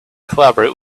collaborate